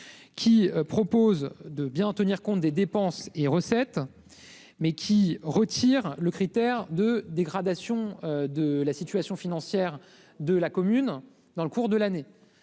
est envisagé de bien tenir compte des dépenses et recettes, mais en retirant le critère de dégradation de la situation financière de la commune dans le cours de l'année.